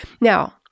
Now